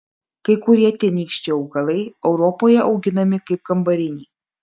kai kurie tenykščiai augalai europoje auginami kaip kambariniai